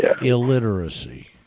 illiteracy